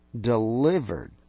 delivered